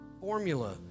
formula